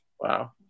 Wow